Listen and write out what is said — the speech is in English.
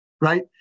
right